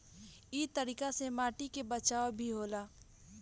इ तरीका से माटी के बचाव भी होला